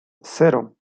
cero